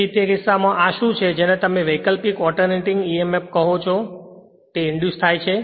તેથી તે કિસ્સામાં આ શું છે જેને તમે વૈકલ્પિક ઓલ્ટર્નેટિંગ emf કહો છો તે ઇંડ્યુસ થાય છે